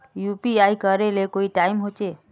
UPI करे ले कोई टाइम होचे?